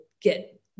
get